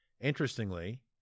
Interestingly